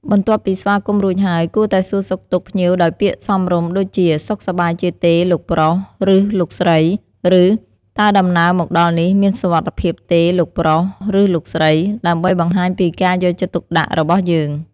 បន្ទាប់ពីស្វាគមន៍រួចហើយ គួរតែសួរសុខទុក្ខ ភ្ញៀវដោយពាក្យសមរម្យដូចជា "សុខសប្បាយជាទេលោកប្រុស ឬលោកស្រី?" ឬ "តើដំណើរមកដល់នេះមានសុវត្ថិភាពទេប្រុស ឬលោកស្រី?" ដើម្បីបង្ហាញពីការយកចិត្តទុកដាក់របស់យើង។